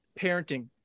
Parenting